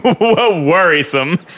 Worrisome